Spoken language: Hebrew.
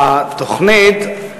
התוכנית,